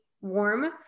warm